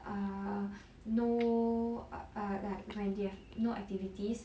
err no err like when they have no activities